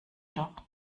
doch